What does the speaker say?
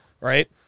right